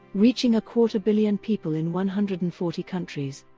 reaching a quarter-billion people in one hundred and forty countries.